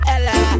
Ella